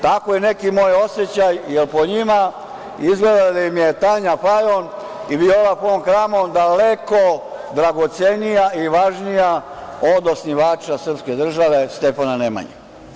To je neki moj osećaj, jer po njima izgleda da su im Tanja Fajon i Viola fon Kramon daleko dragocenije i važnije od osnivača srpske države, Stefana Nemanje.